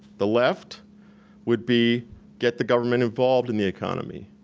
the left would be get the government involved in the economy.